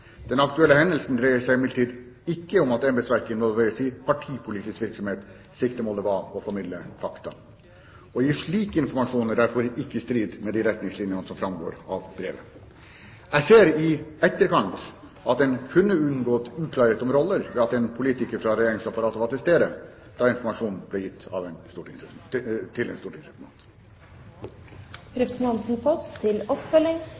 Den aktuelle hendelsen dreier seg imidlertid ikke om at embetsverket involveres i partipolitisk virksomhet. Siktemålet var å formidle fakta. Å gi slik informasjon er derfor ikke i strid med de retningslinjene som framgår av brevet. Jeg ser i etterkant at en kunne unngått uklarhet om roller ved at en politiker fra regjeringsapparatet var til stede da informasjonen ble gitt til en stortingsrepresentant. Det er bare delvis riktig at saken ikke lå til